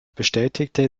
bestätigte